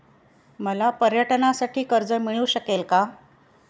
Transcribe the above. मला पर्यटनासाठी कर्ज मिळू शकेल का?